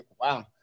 Wow